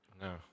No